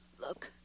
look